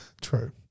True